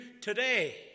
today